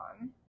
on